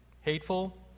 hateful